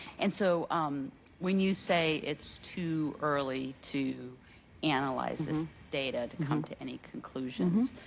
and so um when you say it's too early to analyze this data to come to any conclusions,